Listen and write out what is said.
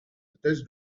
thèse